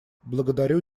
благодарю